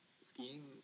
skiing